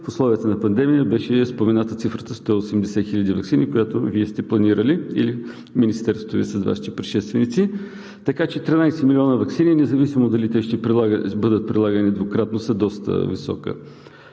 В условията на пандемия беше спомената цифрата 180 000 ваксини, която Вие сте планирали, или Министерството с Вашите предшественици, така че 13 милиона ваксини, независимо дали те ще бъдат прилагани двукратно, са доста висока